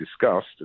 discussed